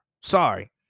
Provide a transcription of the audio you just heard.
Sorry